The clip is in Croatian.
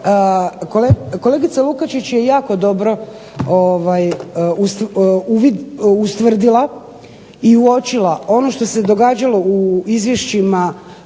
Kolegica Lukačić je jako dobro ustvrdila i uočila ono što se događalo u izvješćima